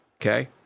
Okay